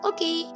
Okay